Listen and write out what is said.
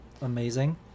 amazing